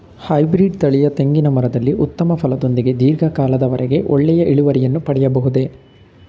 Hybrid ತಳಿಯ ತೆಂಗಿನ ಮರದಲ್ಲಿ ಉತ್ತಮ ಫಲದೊಂದಿಗೆ ಧೀರ್ಘ ಕಾಲದ ವರೆಗೆ ಒಳ್ಳೆಯ ಇಳುವರಿಯನ್ನು ಪಡೆಯಬಹುದೇ?